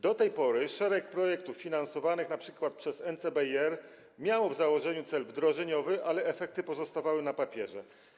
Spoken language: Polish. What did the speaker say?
Do tej pory szereg projektów finansowanych np. przez NCBR miało w założeniu cel wdrożeniowy, ale efekty pozostawały na papierze.